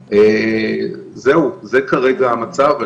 זהו, זה כרגע המצב.